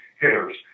hitters